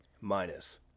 Minus